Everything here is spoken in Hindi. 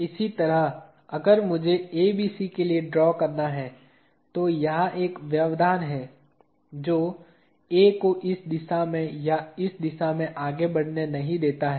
इसी तरह अगर मुझे ABC के लिए ड्रा करना है तो यहां एक व्यवधान है जो A को इस दिशा में या इस दिशा में आगे बढ़ने नहीं देता है